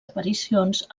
aparicions